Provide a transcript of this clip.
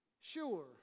sure